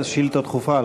זאת שאילתה דחופה,